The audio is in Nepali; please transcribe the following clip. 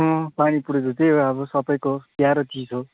अँ पानी पुरी त त्यही हो अब सबैको प्यारो चिज हो